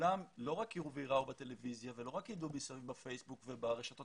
וכולם לא רק יראו בטלוויזיה ולא רק ידעו בפייסבוק וברשתות